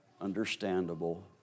understandable